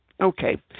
Okay